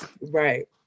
right